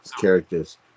characters